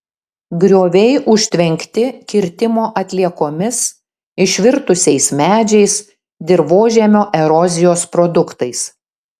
grioviai užtvenkti kirtimo atliekomis išvirtusiais medžiais dirvožemio erozijos produktais